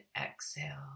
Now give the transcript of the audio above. exhale